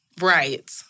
Right